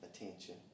attention